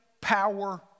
power